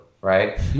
right